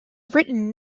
written